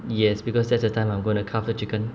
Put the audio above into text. yes because that's the time I'm going to carve the chicken